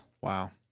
wow